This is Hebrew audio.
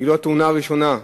זו לא התאונה הראשונה.